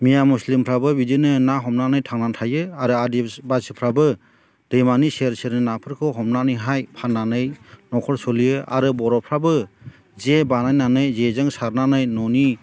मिया मुस्लिमफ्राबो बिदिनो ना हमनानै थांनानै थायो आरो आदिबासीफ्राबो दैमानि सेर सेर नाफोरखौ हमनानैहाय फाननानै न'खर सोलियो आरो बर'फ्राबो जे बानायनानै जे सारनानै न'नि